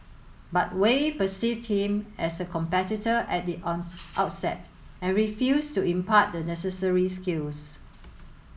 but Wei perceived him as a competitor at the on outset and refused to impart the necessary skills